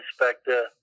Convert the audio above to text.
inspector